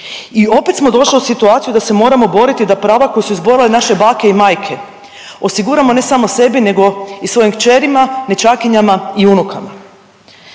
I opet smo došli u situaciju da se moramo boriti za prava koje su izborile naše bajke i majke osiguramo ne samo sebi nego i svojim kćerima, nećakinjama i unukama.